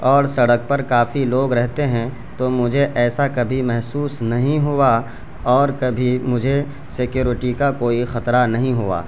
اور سڑک پر کافی لوگ رہتے ہیں تو مجھے ایسا کبھی محسوس نہیں ہوا اور کبھی مجھے سیکیورٹی کا کوئی خطرہ نہیں ہوا